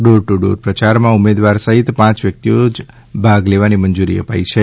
door to door પ્રયારમાં ઉમેદવાર સહિત પાંચ વ્યક્તિઓને જ ભાગ લેવાની મંજૂરી અપાશે